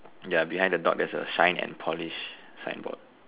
ya behind the dog there's a shine and polish signboard